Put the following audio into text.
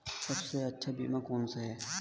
सबसे अच्छा बीमा कौन सा है?